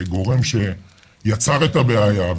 כגורם שיצר את הבעיה,